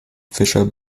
fisher